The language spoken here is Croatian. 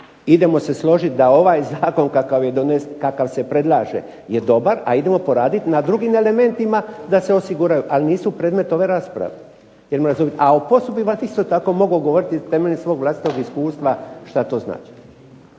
idemo se složiti da ovaj zakon kakav se predlaže je dobar a idemo poraditi na drugim elementima da se osiguraju a nisu predmet ove rasprave. A o POS-u bih vam isto tako mogao govoriti temeljem svog vlastitog iskustva šta to znači.